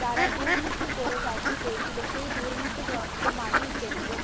যারা দুর্নীতি করে চাকরি পেয়েছিলো সেই দুর্নীতিগ্রস্থ মানুষদেরকে